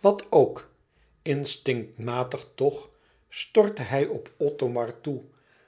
wat ook instinctmatig toch stortte hij op othomar toe